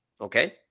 Okay